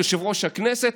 יושב-ראש הכנסת,